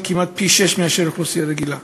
היא כמעט פי-שישה מאשר באוכלוסייה רגילה.